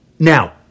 Now